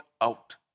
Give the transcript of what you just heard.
out